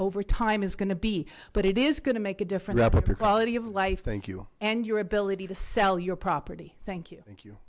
over time is going to be but it is going to make a difference up or quality of life thank you and your ability to sell your property thank you thank you